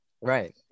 Right